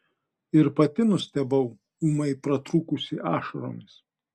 ir pati nustebau ūmai pratrūkusi ašaromis